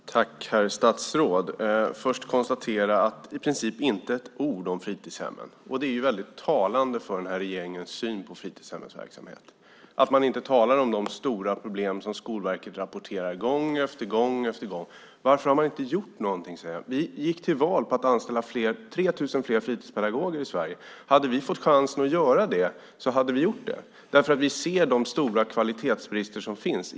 Herr talman! Tack, herr statsråd. Jag kan först konstatera att det i princip inte är ett ord om fritidshemmen. Det är väldigt talande för regeringens syn på fritidshemmens verksamhet att man inte talar om de stora problem som Skolverket rapporterar gång efter gång. Varför har man inte gjort någonting? Vi gick till val på att anställa 3 000 fler fritidspedagoger i Sverige. Hade vi fått chansen att göra det hade vi gjort det, därför att vi ser de stora kvalitetsbrister som finns.